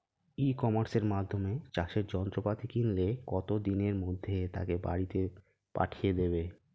ই কমার্সের মাধ্যমে চাষের যন্ত্রপাতি কিনলে কত দিনের মধ্যে তাকে বাড়ীতে পাঠিয়ে দেবে?